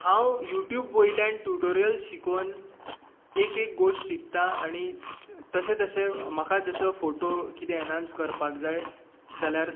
हांव युटूब वयल्यान ट्युटोरियल्स शिकोवन एक एक गोश्ट शिकतां आनी तशें तशें म्हाका जसो फोटो कितें एनहान्स करपाक जाय जाल्यार